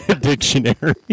dictionary